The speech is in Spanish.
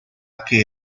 que